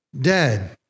dead